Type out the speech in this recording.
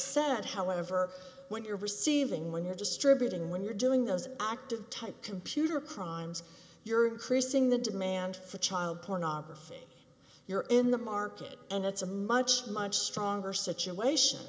said however when you're receiving when you're distributing when you're doing those active type computer crimes you're increasing the demand for child pornography you're in the market and it's a much much stronger situation